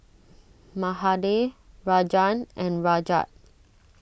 Mahade Rajan and Rajat